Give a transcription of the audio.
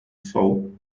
sol